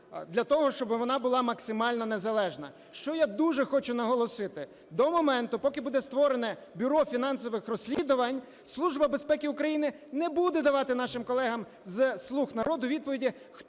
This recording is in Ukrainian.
для того, щоби вона була максимально незалежна. Що я дуже хочу наголосити, до моменту, поки буде створено Бюро фінансових розслідувань, Служба безпеки України не буде давати нашим колегам зі "слуг народу" відповіді,